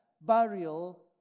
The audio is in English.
burial